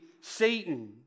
Satan